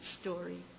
story